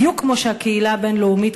בדיוק כמו שהקהילה הבין-לאומית,